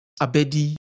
Abedi